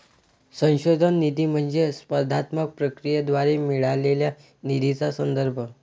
संशोधन निधी म्हणजे स्पर्धात्मक प्रक्रियेद्वारे मिळालेल्या निधीचा संदर्भ